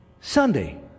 Sunday